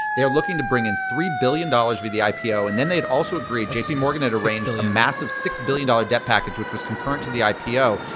they were looking to bring in three billion dollars with the ah ipo and then they also agreed, jpmorgan had arranged a massive six billion dollars debt package which was concurrent to the ah ipo.